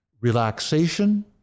relaxation